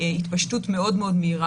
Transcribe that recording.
התפשטות מאוד מהירה.